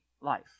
life